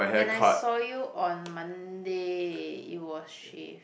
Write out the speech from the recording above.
when I saw you on Monday it was shaved